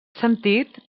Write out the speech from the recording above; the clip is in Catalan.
sentit